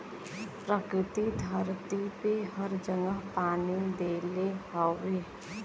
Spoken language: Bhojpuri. प्रकृति धरती पे हर जगह पानी देले हउवे